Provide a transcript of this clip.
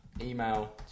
Email